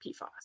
PFOS